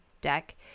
deck